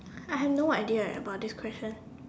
I have no idea eh about this question